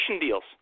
deals